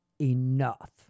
enough